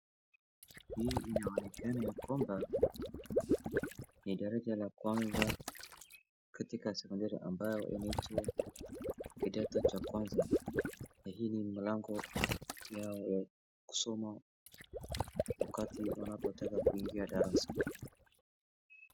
Hii inaonekana ya kwamba, ni daraja la kwanza katika sekondari ambayo inaitwa kidato cha kwanza, na hii ni mlango yao ya kusoma wakati wanapotaka kuingia darasa.